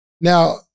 Now